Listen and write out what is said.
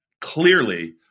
clearly